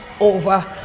over